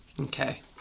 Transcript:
Okay